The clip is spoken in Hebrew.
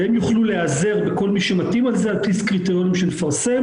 והן תוכלנה להיעזר בכל מי שמתאים לזה על פי קריטריונים שנפרסם,